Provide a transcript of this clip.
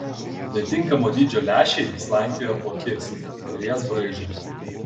netinkamo dydžio lęšiai slankioja po akis ir jas braižo